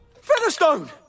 Featherstone